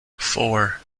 four